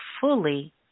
fully